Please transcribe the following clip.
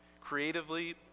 creatively